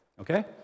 okay